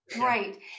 Right